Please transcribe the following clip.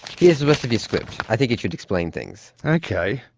here's the rest of your script. i think it should explain things. okay.